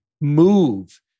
move